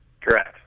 Correct